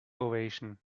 ovation